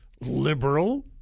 liberal